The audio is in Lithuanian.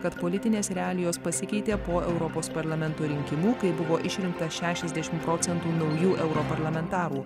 kad politinės realijos pasikeitė po europos parlamento rinkimų kai buvo išrinkta šešiasdešimt procentų naujų europarlamentarų